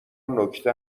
نکته